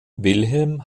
wilhelm